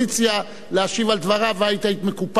להשיב על דבריו ואת היית מקופחת,